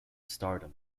stardom